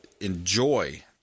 enjoy